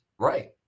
Right